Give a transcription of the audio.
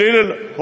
של הלל אונסדורפר,